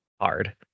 hard